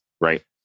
Right